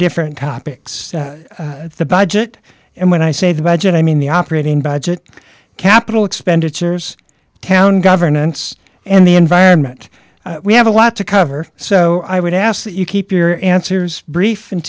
different topics at the budget and when i say the budget i mean the operating budget capital expenditures town governance and the environment we have a lot to cover so i would ask that you keep your answers brief and